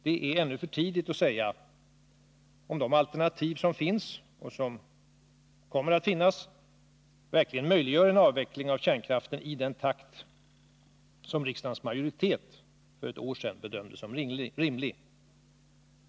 Det är ännu för tidigt att säga om de alternativ som finns och som kommer att finnas verkligen möjliggör en avveckling av kärnkraften i den takt som riksdagens majoritet för ett år sedan bedömde som rimlig.